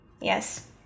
Yes